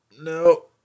No